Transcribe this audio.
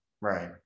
Right